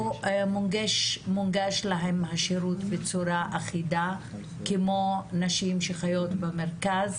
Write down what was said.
מונגש להן השירות בצורה אחידה כמו נשים שחיות במרכז,